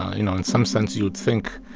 you know in some sense, you'd think,